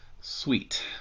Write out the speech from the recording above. Sweet